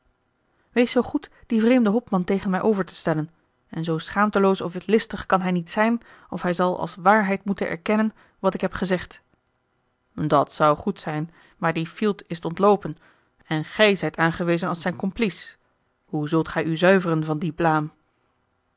wees zoo goed dien vreemden hopman tegen mij over te stellen en zoo schaamteloos of listig kan hij niet zijn of hij zal als waarheid moeten erkennen wat ik heb gezegd dat zou goed zijn maar die fielt is t ontloopen en gij zijt aangewezen als zijn complice hoe zult gij u zuiveren van die blaam